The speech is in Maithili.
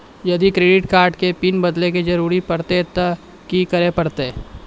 यदि क्रेडिट कार्ड के पिन बदले के जरूरी परतै ते की करे परतै?